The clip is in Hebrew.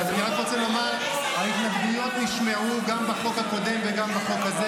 אני רק רוצה לומר: ההתנגדויות נשמעו גם בחוק הקודם וגם בחוק הזה,